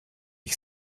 ich